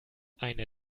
eine